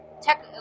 tech